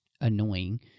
annoying